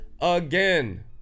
again